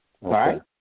Right